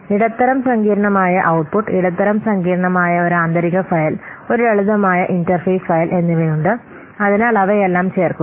ഇടത്തരം സങ്കീർണ്ണമായ ഔട്ട്പുട്ട് ഇടത്തരം സങ്കീർണ്ണമായ ഒരു ആന്തരിക ഫയൽ ഒരു ലളിതമായ ഇന്റർഫേസ് ഫയൽ എന്നിവയുണ്ട് അതിനാൽ അവയെല്ലാം ചേർക്കുക